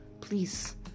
please